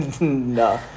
No